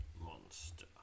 monster